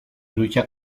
lucha